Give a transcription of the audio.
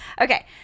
Okay